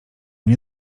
nie